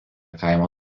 kaimo